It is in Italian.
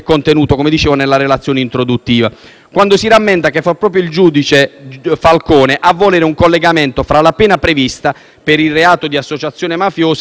quando si rammenta che fu proprio il giudice Falcone a volere un collegamento fra la pena prevista per il reato di associazione mafiosa e quella per il reato di voto di scambio.